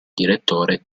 direttore